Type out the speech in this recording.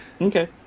Okay